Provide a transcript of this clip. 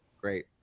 great